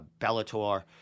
Bellator